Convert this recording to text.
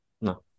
No